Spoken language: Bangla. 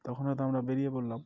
তখন হয়তো আমরা বেরিয়ে পড়লাম